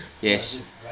Yes